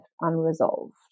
unresolved